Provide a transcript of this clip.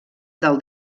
del